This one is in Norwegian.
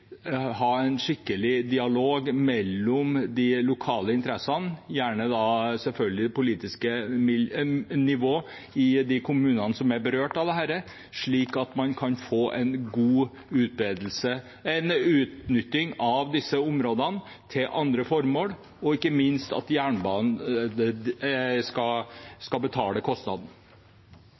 ha en skikkelig dialog mellom de lokale interessene, gjerne da selvfølgelig på politisk nivå i de kommunene som er berørt av dette, slik at man kan få en god utnytting av disse områdene til andre formål, og ikke minst at jernbanen skal betale